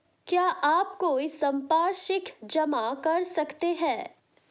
क्या आप कोई संपार्श्विक जमा कर सकते हैं?